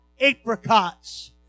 apricots